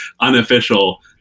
unofficial